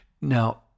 Now